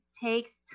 takes